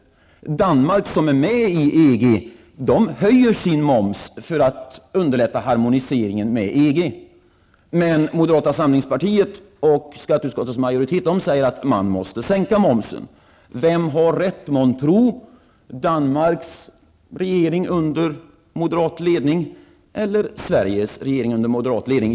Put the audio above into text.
Danmark som är med i EG höjer sin moms för att underlätta harmoniseringen med EG. Moderata samlingspartiet och skatteutskottets majoritet säger att momsen måste sänkas. Vem har rätt, måntro? Danmarks regering under moderat ledning eller Sveriges regering under moderat ledning?